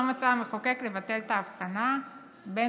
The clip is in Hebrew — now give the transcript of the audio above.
לא מצא המחוקק לבטל את ההבחנה בין